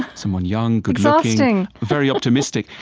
someone young, good-looking very optimistic,